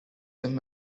them